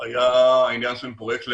היה העניין של פרויקט להב"ה,